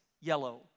yellow